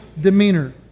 demeanor